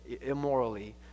immorally